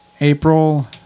April